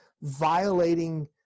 violating